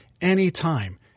anytime